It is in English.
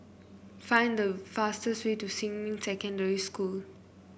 find the fastest way to Xinmin Secondary School